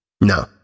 No